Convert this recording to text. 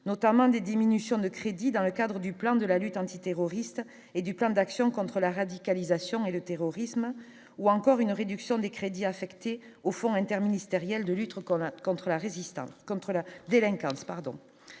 notamment, des diminutions de crédits dans le cadre du plan de la lutte antiterroriste et du plan d'action contre la radicalisation et le terrorisme ou encore une réduction des crédits affectés au fonds interministériel de lutte encore note